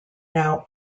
now